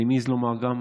ואני מעז לומר שגם